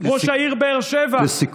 ראש העיר באר שבע,